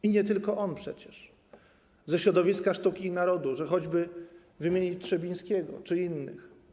I nie tylko on przecież ze środowiska sztuki i narodu, można choćby wymienić Trzebińskiego czy innych.